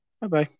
Bye-bye